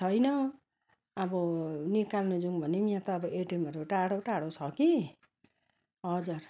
छैन अब निकाल्नु जाऊँ भने यहाँ त अब एटिएमहरू टाडा टाडा छ कि हजुर